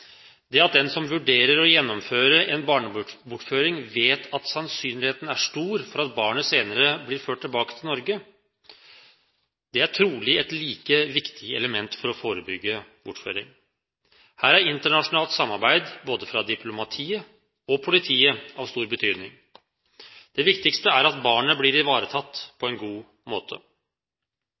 Det at den som vurderer å gjennomføre en barnebortføring, vet at sannsynligheten er stor for at barnet senere vil bli ført tilbake til Norge, er trolig et like viktig element for å forebygge bortføring. Her har internasjonalt samarbeid, både fra diplomatiet og politiet, stor betydning. Det viktigste er at barnet blir ivaretatt på en god måte.